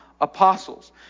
Apostles